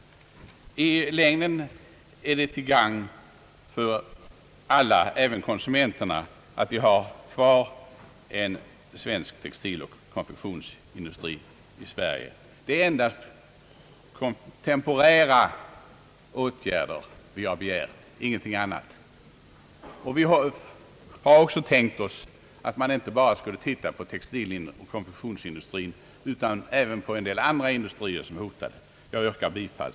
I längden är det till gagn för alla, även konsumenterna, att vi har kvar en svensk textiloch konfektionsindustri i Sverige. Vi har endast begärt temporära åtgärder, ingenting annat. Vi har också tänkt oss att man skulle titta inte bara på textiloch konfektionsindustrin utan även på en del andra industrier som är hotade, såsom läderindustrin, möbelindustrin m.fl.